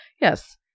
Yes